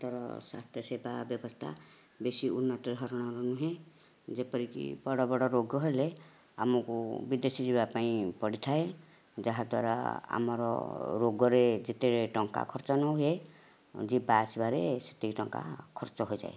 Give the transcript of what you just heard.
ଭାରତର ସ୍ଵାସ୍ଥ୍ୟ ସେବା ବ୍ୟବସ୍ଥା ବେଶି ଉନ୍ନତ ଧରଣର ନୁହେଁ ଯେପରିକି ବଡ଼ ବଡ଼ ରୋଗ ହେଲେ ଆମକୁ ବିଦେଶ ଯିବା ପାଇଁ ପଡ଼ିଥାଏ ଯାହା ଦ୍ୱାରା ଆମର ରୋଗରେ ଯେତେ ଟଙ୍କା ଖର୍ଚ୍ଚ ନ ହୁଏ ଯିବା ଆସିବାରେ ସେତିକି ଟଙ୍କା ଖର୍ଚ୍ଚ ହୋଇଯାଏ